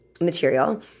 material